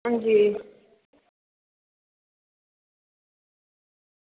हां जी